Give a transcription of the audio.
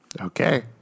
Okay